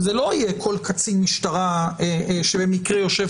זה לא יהיה כל קצין משטרה שבמקרה יושב